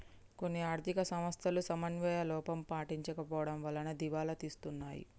కొన్ని ఆర్ధిక సంస్థలు సమన్వయ లోపం పాటించకపోవడం వలన దివాలా తీస్తున్నాయి